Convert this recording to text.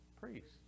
priests